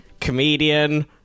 comedian